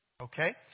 okay